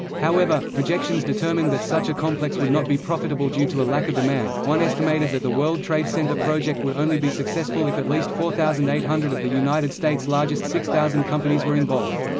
however, projections determined that such a complex would not be profitable due to a lack of demand one estimated that the world trade center project would only be successful if at least four thousand eight hundred of the united states' largest six thousand companies were involved.